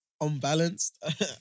Unbalanced